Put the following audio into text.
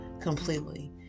Completely